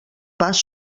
pas